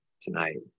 tonight